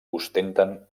ostenten